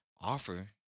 Offer